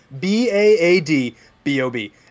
B-A-A-D-B-O-B